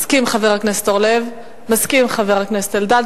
מסכים חבר הכנסת אורלב, מסכים חבר הכנסת אלדד.